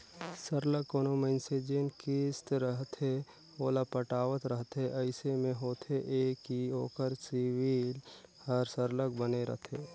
सरलग कोनो मइनसे जेन किस्त रहथे ओला पटावत रहथे अइसे में होथे ए कि ओकर सिविल हर सरलग बने रहथे